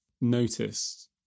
noticed